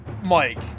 Mike